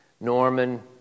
Norman